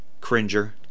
Cringer